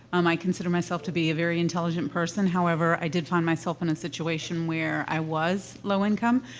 um, i consider myself to be a very intelligent person however, i did find myself in a situation where i was low income.